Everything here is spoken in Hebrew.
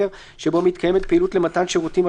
בהגבלות כדי למנוע את הסיכון"